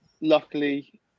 luckily